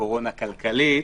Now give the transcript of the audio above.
קורונה כלכלית,